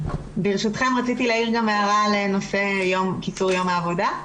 ברשותכם רציתי להעיר הערה לנושא קיצור יום העבודה.